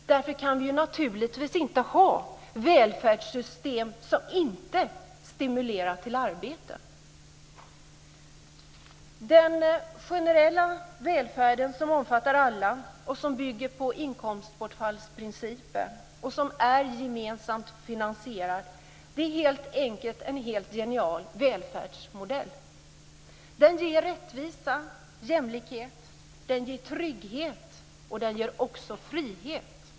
Därför kan vi naturligtvis inte ha välfärdssystem som inte stimulerar till arbete. Den generella välfärden, som omfattar alla, som bygger på inkomstbortfallsprincipen och som är gemensamt finansierad, är helt enkelt en helt genial välfärdsmodell. Den ger rättvisa och jämlikhet. Den ger trygghet och också frihet.